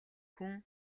хүн